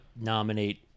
nominate